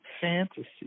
fantasy